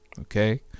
Okay